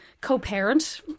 co-parent